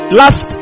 last